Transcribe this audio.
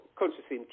consciously